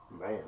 Man